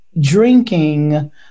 drinking